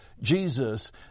Jesus